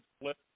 flip